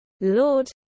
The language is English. Lord